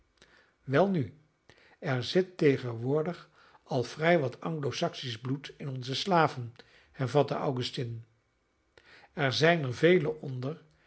welnu er zit tegenwoordig al vrij wat anglo saksisch bloed in onze slaven hervatte augustine er zijn er velen onder